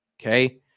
okay